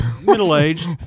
middle-aged